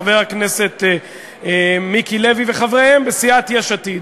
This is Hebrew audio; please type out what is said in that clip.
חבר הכנסת מיקי לוי וחבריהם בסיעת יש עתיד